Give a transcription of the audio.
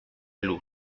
luz